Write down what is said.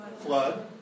flood